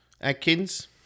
Adkins